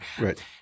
Right